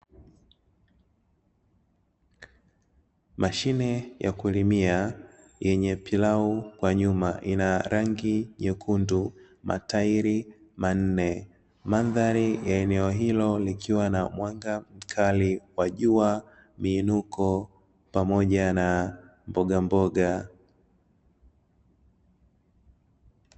Mashine ya kulimia yenye pilau kwa nyuma, ina rangi nyekundu, matairi manne, mandhari ya eneo hilo ikiwa na mwanga mkali wa jua, miinuko pamoja na mbogamboga.